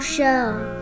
Show